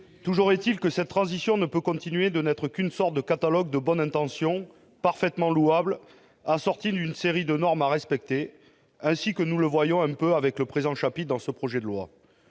Toujours est-il que cette transition ne peut continuer de n'être qu'une sorte de catalogue de bonnes intentions parfaitement louables, assorti d'une série de normes à respecter, ainsi que nous le voyons un peu avec le présent chapitre. Réduire les